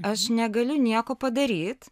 aš negaliu nieko padaryt